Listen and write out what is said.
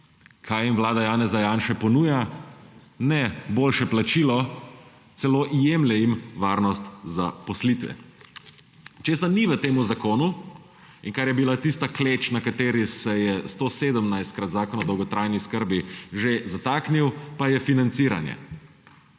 Kaj jim vlada Janeza Janše ponuja? Ne boljšega plačila, celo jemlje jim varnost zaposlitve. Česa ni v temu zakonu in kar je bila tista kleč, na kateri se je 117-krat zakon o dolgotrajni oskrbi že zataknil, pa je financiranje.